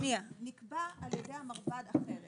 אפשר לומר: נקבע על ידי המרב"ד אחרת.